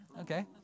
Okay